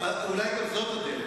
חבר הכנסת שנלר תיכף מסיים,